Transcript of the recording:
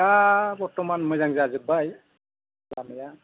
दा बर्थ'मान मोजां जाजोब्बाय जानाया